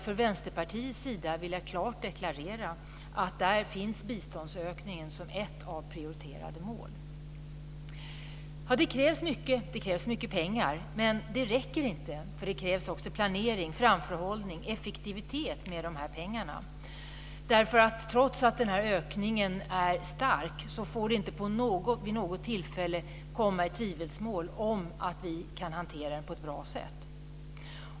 Från Vänsterpartiets sida vill jag klart deklarera att vi har biståndsökningen som ett prioriterat mål. Det krävs mycket pengar. Men det räcker inte. Det krävs också planering, framförhållning och effektivitet med de här pengarna. Trots att ökningen är stark får det inte vid något tillfälle komma i tvivelsmål att vi kan hantera detta på ett bra sätt.